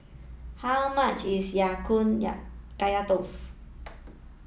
how much is Ya Kun Ya Kaya Toast